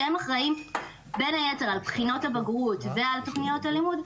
שהם אחראים בין היתר על בחינות הבגרות ועל תוכניות הלימוד,